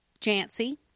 Jancy